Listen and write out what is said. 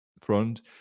front